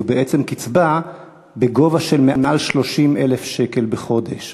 זו בעצם קצבה בגובה של מעל 30,000 שקל בחודש.